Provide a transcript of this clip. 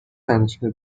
تنشه